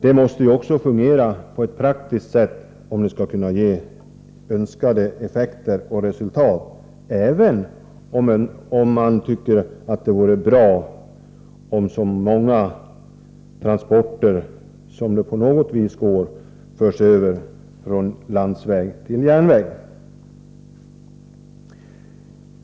Det måste ju också fungera på ett praktiskt sätt, om det skall kunna ge önskade effekter, även om man tycker att det vore bra om så många transporter som det på något sätt går förs över från landsväg till järnväg.